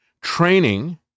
training